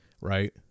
right